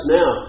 now